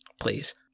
Please